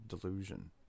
delusion